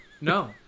No